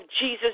Jesus